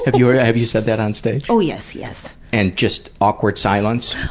have you ah yeah have you said that on stage? oh yes, yes. and just awkward silence?